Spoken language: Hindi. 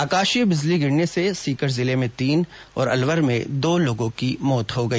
आकाशीय बिजली गिरने से सीकर जिले में तीन और अलवर में दो लोगों की मौत हो गई